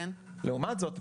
לעומת זה,